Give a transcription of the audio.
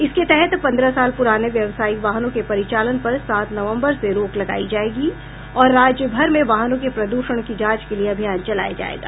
इसके तहत पंद्रह साल पुराने व्यवसायिक वाहनों के परिचालन पर सात नवम्बर से रोक लगायी जायेगी और राज्य भर में वाहनों के प्रद्षण की जांच के लिये अभियान चलाया जायेगा